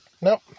Nope